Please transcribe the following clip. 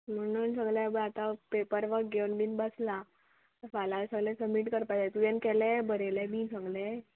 म्हणून सगले बाबा आतां पेपर वक घेवन बीन बसला फाल्यां सगलें सबमीट करपाचें तुवें केलें बरयलें बी सगलें